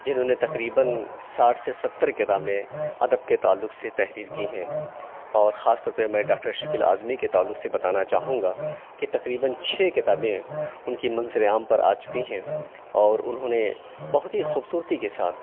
جنہوں نے تقریباً ساٹھ سے ستر کتابیں ادب کے تعلق سے تحریر کی ہیں اور خاص طور پہ میں ڈاکٹر شکیل اعظمی کے تعلق سے بتانا چاہوں گا کہ تقریباً چھ کتابیں اُن کی منظرِ عام پر آچُکی ہیں اور اُنہوں نے بہت ہی خوبصورتی کے ساتھ